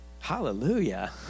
Hallelujah